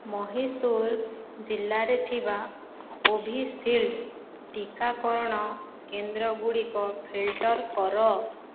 ମହୀସୂର ଜିଲ୍ଲାରେ ଥିବା କୋଭିଶିଲ୍ଡ୍ ଟିକାକରଣ କେନ୍ଦ୍ର ଗୁଡ଼ିକ ଫିଲ୍ଟର କର